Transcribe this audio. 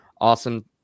awesome